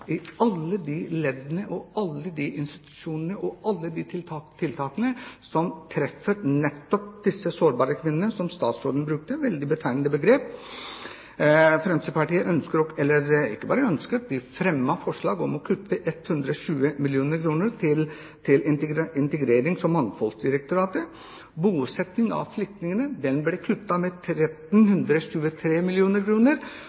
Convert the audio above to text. i alle leddene: alle institusjonene og alle de tiltakene som treffer nettopp disse sårbare kvinnene, som statsråden nevnte. Fremskrittspartiet fremmet forslag om å kutte 120 mill. kr til Integrerings- og mangfoldsdirektoratet, bosetting av flyktninger ble kuttet med 1 323 mill. kr., frivillige organisasjoner ble fratatt 45 mill. kr, for ikke å snakke om Utlendingsdirektoratet med